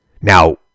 Now